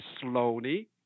slowly